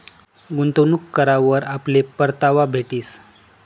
गुंतवणूक करावर आपले परतावा भेटीस